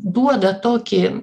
duoda tokį